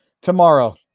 tomorrow